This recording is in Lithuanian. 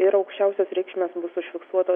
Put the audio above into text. ir aukščiausios reikšmės bus užfiksuotos